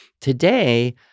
Today